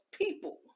people